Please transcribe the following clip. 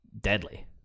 deadly